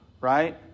right